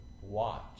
watch